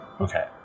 Okay